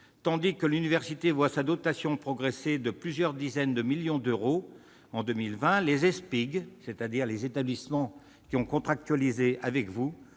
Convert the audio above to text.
tandis que l'université voit sa dotation progresser de plusieurs dizaines de millions d'euros en 2020, les Eespig, c'est-à-dire les établissements qui ont contractualisé avec votre